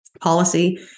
policy